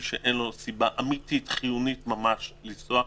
שאין לו סיבה אמיתית חיונית ממש לנסוע,